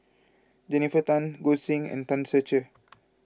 Jennifer Tan Goi Seng and Tan Ser Cher